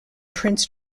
prince